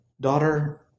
daughter